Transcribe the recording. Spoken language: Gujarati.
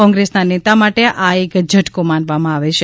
કોંગ્રેસના નેતા માટે આ એક ઝટકો માનવામાં આવે છે